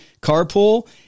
carpool